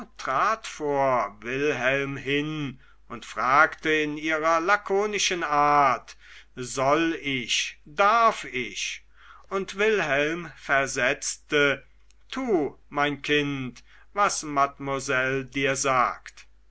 trat vor wilhelm hin und fragte in ihrer lakonischen art soll ich darf ich und wilhelm versetzte tu mein kind was mademoiselle dir sagt